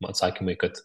atsakymai kad